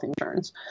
insurance